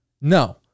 no